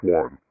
one